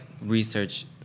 research